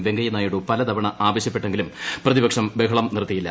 വെങ്കയ്യ നായിഡു പല തവണ ആവശ്യപ്പെട്ടെങ്കിലും പ്രതിപക്ഷം നിർത്തിയില്ല